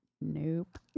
Nope